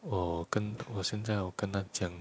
我跟我现在我跟她讲